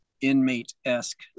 inmate-esque